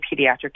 pediatric